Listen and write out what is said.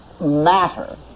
matter